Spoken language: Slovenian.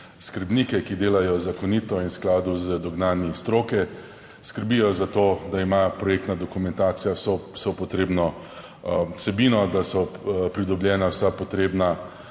skrbnike, ki delajo zakonito in v skladu z dognanji stroke. Skrbijo za to, da ima projektna dokumentacija v vso potrebno vsebino, da so pridobljena vsa potrebna